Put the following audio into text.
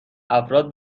افراد